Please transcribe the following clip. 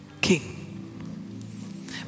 king